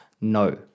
no